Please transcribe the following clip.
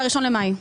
ב-01 במאי.